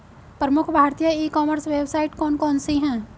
प्रमुख भारतीय e commerce website कौन कौन सी हैं?